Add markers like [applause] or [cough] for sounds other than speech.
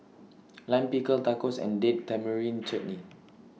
[noise] Lime Pickle Tacos and Date Tamarind Chutney